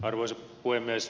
arvoisa puhemies